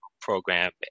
program